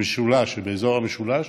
באזור המשולש,